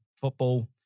football